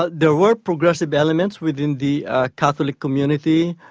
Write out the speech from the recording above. but there were progressive elements within the catholic community.